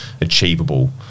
achievable